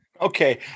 Okay